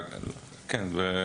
כן.